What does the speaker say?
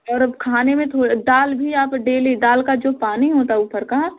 और अब खाने में थोड़ दाल भी आप डेली दाल का जो पानी होता ऊपर का